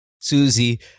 Susie